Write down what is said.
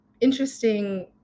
interesting